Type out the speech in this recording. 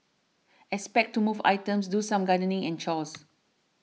expect to move items do some gardening and chores